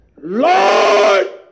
Lord